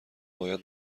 باید